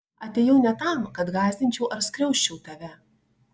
atėjau ne tam kad gąsdinčiau ar skriausčiau tave